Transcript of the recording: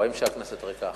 רואים שהכנסת ריקה עכשיו.